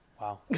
Wow